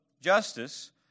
justice